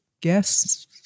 guess